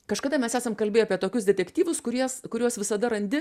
kažkada mes esam kalbėję apie tokius detektyvus kurie kuriuos visada randi